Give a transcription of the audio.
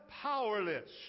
powerless